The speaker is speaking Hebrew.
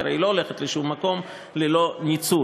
כי הרי היא לא הולכת לשום מקום ללא ניצול.